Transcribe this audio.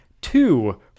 two